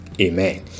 amen